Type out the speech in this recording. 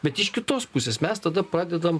bet iš kitos pusės mes tada pradedam